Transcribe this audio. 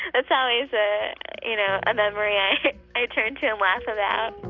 that's always a you know memory i i turn to and laugh about,